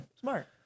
Smart